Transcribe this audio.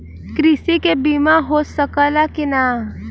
कृषि के बिमा हो सकला की ना?